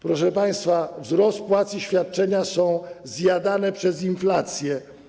Proszę państwa, wzrost płac i świadczenia są zjadane przez inflację.